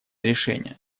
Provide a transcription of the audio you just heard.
решения